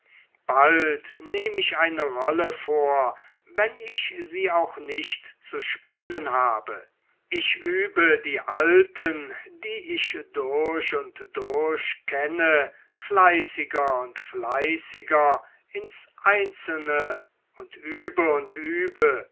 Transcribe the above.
bald nehm ich eine rolle vor wenn ich sie auch nicht zu spielen habe ich übe die alten die ich durch und durch kenne fleißiger und fleißiger ins einzelne und übe und übe